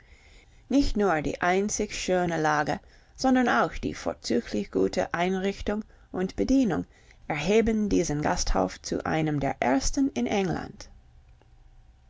nicht nur die einzig schöne lage sondern auch die vorzüglich gute einrichtung und bedienung erheben diesen gasthof zu einem der ersten in england